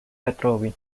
retrovi